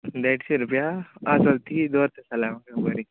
देडशे रुपया आं चल तींवूय दर त सोलां ओके बरें